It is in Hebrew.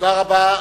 תודה רבה.